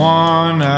one